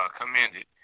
commended